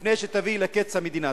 לפני שתביא לקץ המדינה.